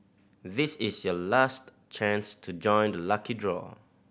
this is your last chance to join the lucky draw